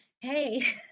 Hey